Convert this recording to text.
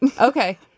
Okay